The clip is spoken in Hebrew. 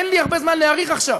אין לי הרבה זמן להאריך עכשיו,